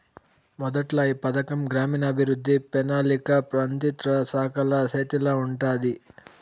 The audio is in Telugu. మొదట్ల ఈ పథకం గ్రామీణాభవృద్ధి, పెనాలికా మంత్రిత్వ శాఖల సేతిల ఉండాది